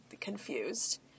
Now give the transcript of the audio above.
confused